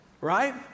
right